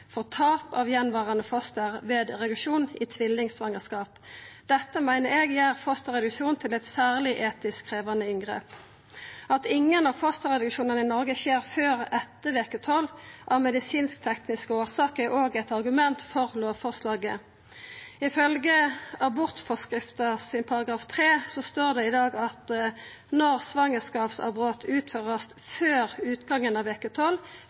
tap av attverande foster ved reduksjon i tvillingsvangerskap. Dette meiner eg gjer fosterreduksjon til eit særleg etisk krevjande inngrep. At ingen av fosterreduksjonane i Noreg skjer før etter veke tolv av medisinsk-tekniske årsakar, er òg eit argument for lovforslaget. I abortforskriften § 3 står det i dag: «Når svangerskapsavbruddet kan utføres før utgangen av